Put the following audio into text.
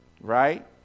right